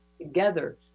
together